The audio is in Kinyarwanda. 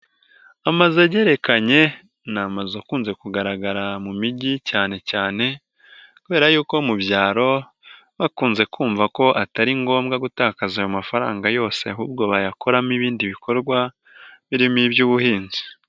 Amazu agerekanye, ni amazu akunze kugaragara mu mijyi cyane cyane kubera y'uko mu byaro, bakunze kumva ko atari ngombwa gutakaza ayo mafaranga yose ahubwo bayakoramo ibindi bikorwa, birimo iby'ubuhinzi.